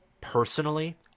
personally